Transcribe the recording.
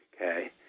Okay